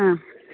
ആ